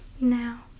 Now